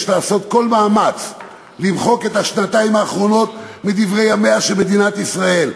יש לעשות כל מאמץ למחוק את השנתיים האחרונות מדברי ימיה של מדינת ישראל,